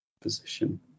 position